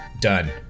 done